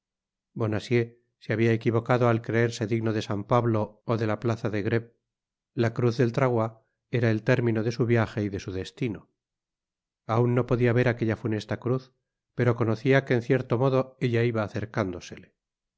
bonacieux se habia equivocado al creerse digno de san pablo ó de la plaza de greve la cruz del trahoir era el término de su viaje y de su destino aun no podia ver aquella funesta cruz pero conocia que en cierto modo ella iba acercándosele